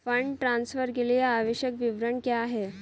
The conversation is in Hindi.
फंड ट्रांसफर के लिए आवश्यक विवरण क्या हैं?